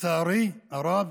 לצערי הרב